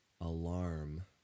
alarm